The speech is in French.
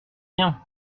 bien